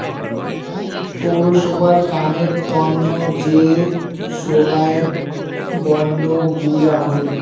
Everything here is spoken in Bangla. পৌরসভার কামের তন্ন যে সোগায় বন্ড গুলা হই